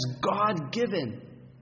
God-given